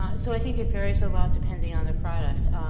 ah so i think varies a lot depending on the product.